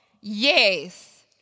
Yes